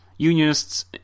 Unionists